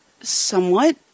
somewhat